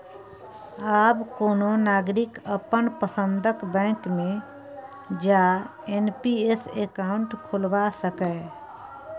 आब कोनो नागरिक अपन पसंदक बैंक मे जा एन.पी.एस अकाउंट खोलबा सकैए